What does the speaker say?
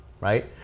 right